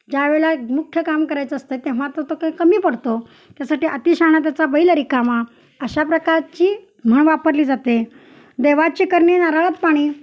ज्यावेळेला मुख्य काम करायचं असतं तेव्हा तर तो काही कमी पडतो त्यासाठी अतिशहाणा त्याचा बैल रिकामा अशा प्रकारची म्हण वापरली जाते देवाची करणी नारळात पाणी